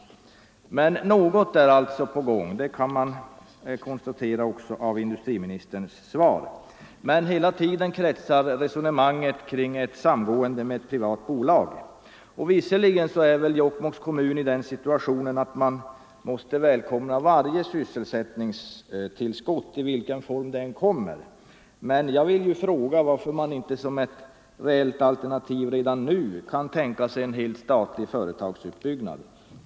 Men något är alltså på gång. Det kan man konstatera också av industriministerns svar. Hela tiden kretsar emellertid resonemanget kring ett samgående med ett privat bolag. Visserligen är väl Jokkmokks kommun i den situationen att man måste välkomna varje sysselsättningstillskott, i vilken form det än kommer, men jag vill fråga varför man inte som ett reellt alternativ redan nu kan tänka sig en helt statlig företagsutbyggnad.